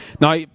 Now